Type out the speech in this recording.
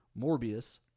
Morbius